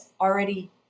already